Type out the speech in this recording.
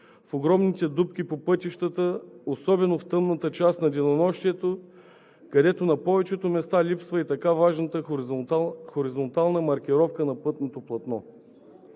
в огромните дупки по пътищата, особено в тъмната част на денонощието, където на повечето места липсва и така важната хоризонтална маркировка на пътното платно.